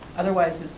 otherwise if,